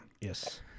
Yes